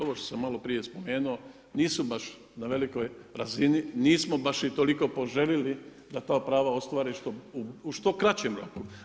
Ovo što sam malo prije spomenuo nisu baš na velikoj razini, nismo baš i toliko poželili da ta prava ostvare u što kraćem roku.